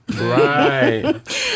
Right